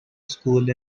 school